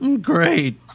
Great